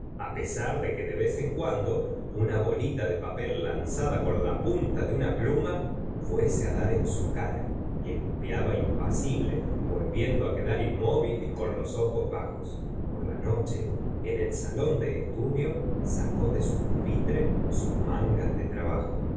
á pesar de que de vez en cuando una bolita de papel lanzada con la punta de una pluma fuese dar en su cara que limpiaba impasible volviendo quedar inmóvil y con los ojos bajos por la noche en el salón de estudio sacó de su pupitre sus mangas de trabajo